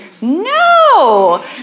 No